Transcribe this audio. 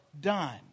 done